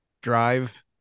drive